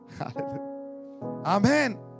Amen